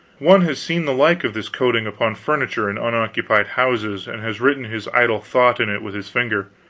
one has seen the like of this coating upon furniture in unoccupied houses, and has written his idle thought in it with his finger.